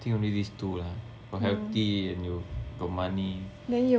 I think only these two lah got healthy and 有 got money